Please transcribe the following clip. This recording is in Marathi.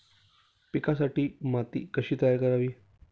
पिकांसाठी माती कशी तयार करावी?